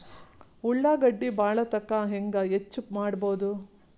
ಉಳ್ಳಾಗಡ್ಡಿ ಬಾಳಥಕಾ ಹೆಂಗ ಹೆಚ್ಚು ಮಾಡಬಹುದು?